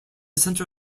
center